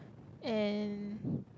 and